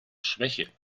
schwäche